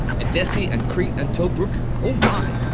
ah dessie and crete and tobruk, oh my,